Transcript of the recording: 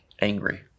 angry